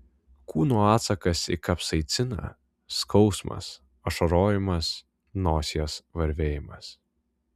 kūno atsakas į kapsaiciną skausmas ašarojimas nosies varvėjimas